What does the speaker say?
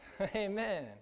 Amen